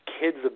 kids